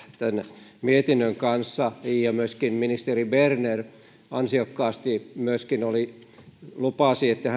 tämän mietinnön kanssa ja ministeri berner ansiokkaasti myöskin lupasi että